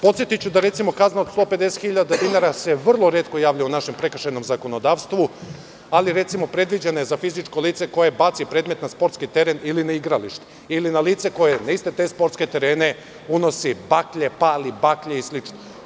Podsetiću da se, recimo, kazna od 150 hiljada dinara vrlo retko javlja u našem prekršajnom zakonodavstvu, ali recimo, predviđena je za fizičko lice koje baci predmet na sportski teren ili na igralište ili na lice koje na iste te sportske terene unosi baklje, pali baklje i slično.